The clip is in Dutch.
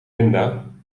linda